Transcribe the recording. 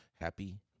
Happy